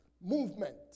movement